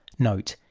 note,